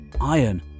Iron